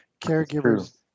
caregivers